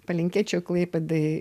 palinkėčiau klaipėdai